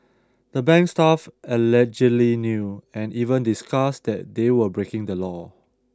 the bank's staff allegedly knew and even discussed that they were breaking the law